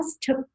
took